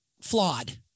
flawed